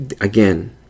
again